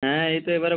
হ্যাঁ এই তো এবারে